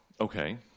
Okay